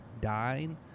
dying